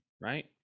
right